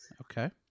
okay